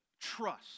Trust